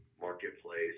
marketplace